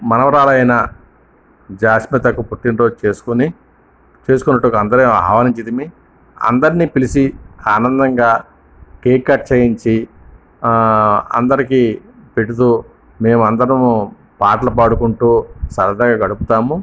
మనమరాలైన జాస్మితకు పుట్టినరోజు చేసుకుని చేసుకొనుటకు అందరిని ఆహ్వానించితిమి అందరిని పిలిచి ఆనందంగా కేక్ కట్ చేయించి అందరికి పెడుతూ మేమందరమూ పాటలు పాడుకుంటూ సరదాగా గడుపుతాము